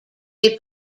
they